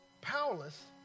powerless